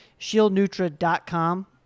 shieldnutra.com